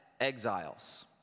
exiles